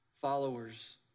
followers